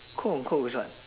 quote unquote is what